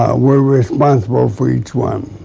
were responsible for each one.